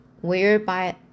whereby